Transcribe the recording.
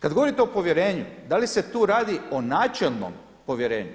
Kada govorite o povjerenju, da li se tu radi o načelnom povjerenju?